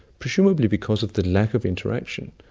presumably because of the lack of interaction.